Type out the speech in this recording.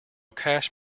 cash